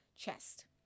chest